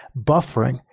buffering